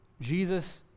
Jesus